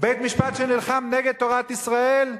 בית-משפט שנלחם נגד תורת ישראל?